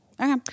Okay